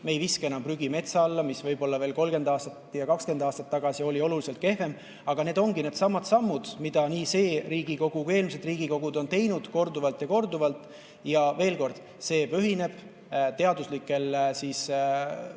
me ei viska enam prügi metsa alla. See veel 30 aastat ja 20 aastat tagasi oli oluliselt kehvem. Aga need ongi needsamad sammud, mida nii see Riigikogu kui eelmised Riigikogud on teinud korduvalt ja korduvalt. Ja veel kord: see põhineb teaduslikel uuringutel,